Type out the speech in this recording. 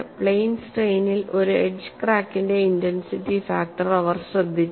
plane സ്ട്രെയ്നിൽ ഒരു edge ക്രാക്കിന്റെ ഇന്റെൻസിറ്റി ഫാക്ടർ അവർ ശ്രദ്ധിച്ചു